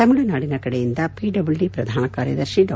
ತಮಿಳುನಾಡಿನ ಕಡೆಯಿಂದ P W D ಪ್ರಧಾನ ಕಾರ್ಯದರ್ಶಿ ಡಾ